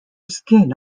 skin